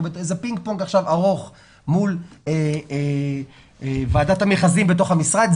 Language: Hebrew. זה עכשיו פינג פונג ארוך מול ועדת המכרזים בתוך המשרד.